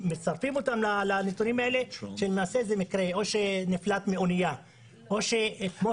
שמצרפים אותם לנתונים האלה כשלמעשה זה מישהו שנפלט מאונייה -- עאטף,